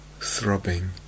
throbbing